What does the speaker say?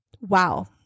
Wow